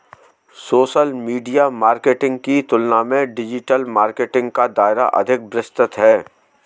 social media marketing की तुलना में डिजिटल मार्केटिंग का दायरा अधिक विस्तृत है